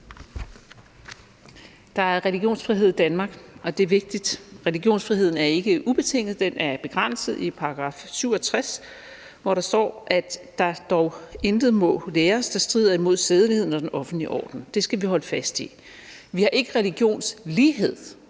Der er religionsfrihed i Danmark, og det er vigtigt. Religionsfriheden er ikke ubetinget. Den er begrænset i § 67, hvor der står, at der dog intet må læres, der strider imod sædeligheden eller den offentlige orden. Det skal vi holde fast i. Vi har ikke religionslighed.